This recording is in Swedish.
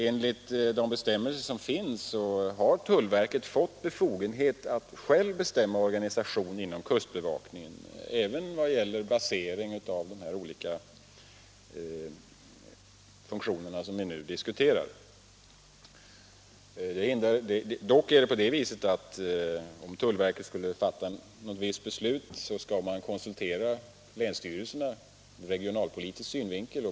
Enligt de bestämmelser som finns har tullverket befogenhet att självt bestämma organisationen inom kustbevakningen även i vad gäller basering av de olika funktioner som vi nu diskuterar. Dock skall tullverket, när det fattar ett beslut, konsultera länsstyrelserna ur regionalpolitisk synvinkel.